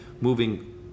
moving